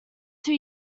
two